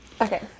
Okay